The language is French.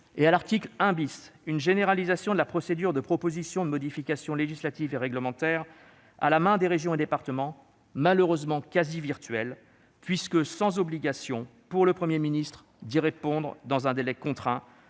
; à l'article 1 , une généralisation de la procédure de proposition de modification législative et réglementaire à la main des régions et des départements, malheureusement quasi virtuelle en l'absence d'obligation pour le Premier ministre d'y répondre dans un délai contraint,